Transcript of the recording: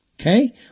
Okay